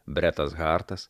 bretas hartas